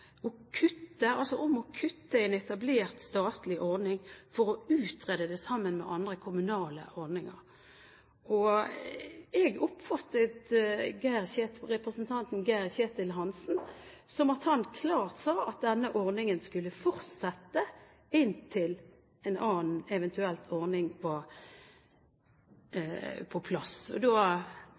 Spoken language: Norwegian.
om å kutte en etablert statlig ordning for å utrede det sammen med andre kommunale ordninger. Jeg oppfattet representanten Geir-Ketil Hansen som at han klart sa at denne ordningen skulle fortsette inntil en annen ordning eventuelt var på plass.